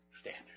standard